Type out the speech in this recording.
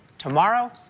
tomorrow,